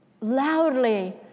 loudly